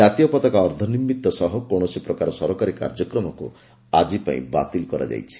ଜାତୀୟପତାକା ଅର୍ଦ୍ଧନିମିତ୍ତ ସହ କୌଣସି ପ୍ରକାର ସରକାରୀ କାର୍ଯ୍ୟକ୍ରମକୁ ଆଜି ପାଇଁ ବାତିଲ କରାଯାଇଛି